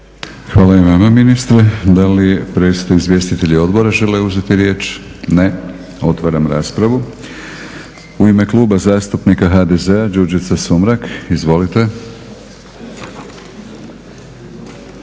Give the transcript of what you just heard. Hvala i vama ministre. Da li predstavnici izvjestitelja odbora žele uzeti riječ? Ne. Otvaram raspravu. U ime Kluba zastupnika HDZ-a Đurđica Sumrak, izvolite.